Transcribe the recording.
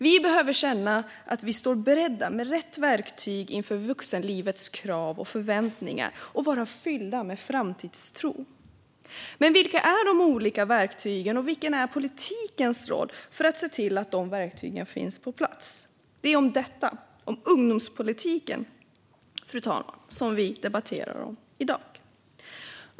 Vi behöver känna att vi står beredda med rätt verktyg inför vuxenlivets krav och förväntningar och vara fyllda med framtidstro. Men vilka är de olika verktygen, och vilken är politikens roll för att se till att de verktygen finns på plats? Det är detta, ungdomspolitiken, som vi debatterar i dag, fru talman.